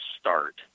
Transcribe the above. start